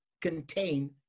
contain